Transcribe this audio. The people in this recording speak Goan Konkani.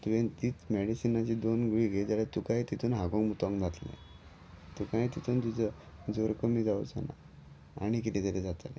तुवें तीच मेडिसिनाची दोन गुळी घे जाल्यार तुकाय तितून हागोंक मुतोंक जातलें तुकायय तितून तुजो जोर कमी जावचो ना आनी कितें तरी जातलें